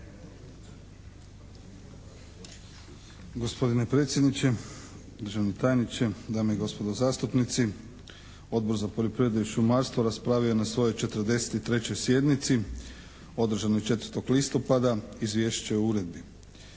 Gospodine predsjedniče, državni tajniče, dame i gospodo zastupnici. Odbor za poljoprivredu i šumarstvo raspravio je na svojoj 43. sjednici, održanoj 4. listopada Izvješće o uredbi.